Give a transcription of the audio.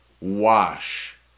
wash